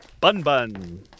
Bun-Bun